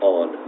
on